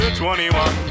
21